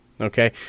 Okay